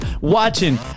watching